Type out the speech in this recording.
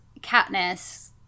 Katniss